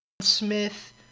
Smith